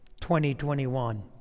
2021